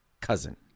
cousin